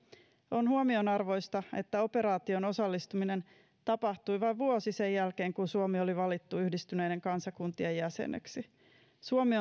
on huomionarvoista että operaatioon osallistuminen tapahtui vain vuosi sen jälkeen kun suomi oli valittu yhdistyneiden kansakuntien jäseneksi suomi